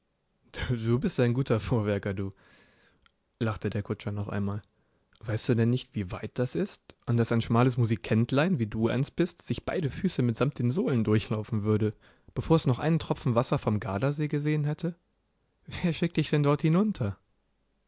du bist ein guter fuhrwerker du lachte der kutscher noch einmal weißt du denn nicht wie weit das ist und daß ein schmales musikäntlein wie du eins bist sich beide füße mitsamt den sohlen durchlaufen würde bevor es noch einen tropfen wasser vom gardasee gesehen hätte wer schickt dich denn dort hinunter